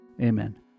Amen